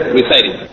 reciting